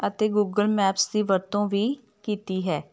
ਅਤੇ Google Maps ਦੀ ਵਰਤੋਂ ਵੀ ਕੀਤੀ ਹੈ